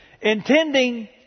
intending